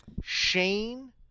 Shane